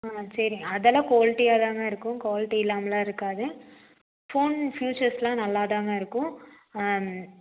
ஆ சரிங்க அதெல்லாம் குவாலிட்டியாதாங்க இருக்கும் குவாலிட்டி இல்லாமல்லாம் இருக்காது ஃபோன் ஃப்யூச்சர்ஸ்லாம் நல்லா தாங்க இருக்கும்